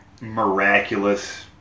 miraculous